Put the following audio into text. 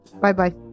Bye-bye